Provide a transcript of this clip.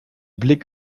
blick